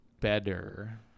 better